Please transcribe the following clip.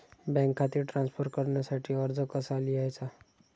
Bank खाते transfer करण्यासाठी अर्ज कसा लिहायचा?